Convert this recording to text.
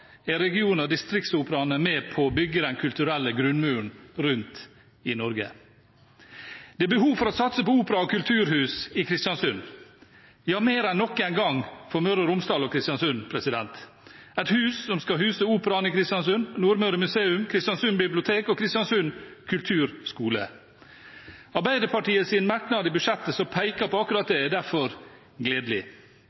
er region- og distriktsoperaene med på å bygge den kulturelle grunnmuren rundt i Norge. Det er behov for å satse på opera- og kulturhus i Kristiansund, ja, mer enn noen gang for Møre og Romsdal og Kristiansund, et hus som skal huse operaen i Kristiansund, Nordmøre museum, Kristiansund bibliotek og Kristiansund kulturskole. Arbeiderpartiets merknad i budsjettet som peker på akkurat det, er derfor gledelig.